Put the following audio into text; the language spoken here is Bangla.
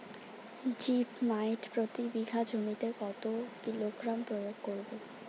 জিপ মাইট প্রতি বিঘা জমিতে কত কিলোগ্রাম প্রয়োগ করব?